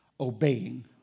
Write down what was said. obeying